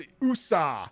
USA